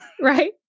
Right